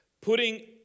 Putting